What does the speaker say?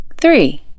Three